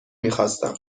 میخواستم